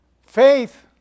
Faith